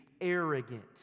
arrogant